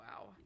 wow